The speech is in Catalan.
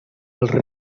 els